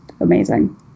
amazing